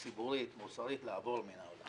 ציבורית, מוסרית, לעבור מן העולם.